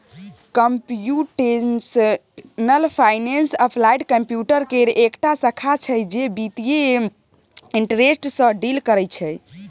computational finance applied computer केर एकटा शाखा छै जे बित्तीय इंटरेस्ट सँ डील करय छै